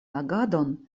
agadon